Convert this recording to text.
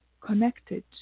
connected